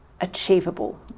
achievable